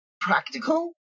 practical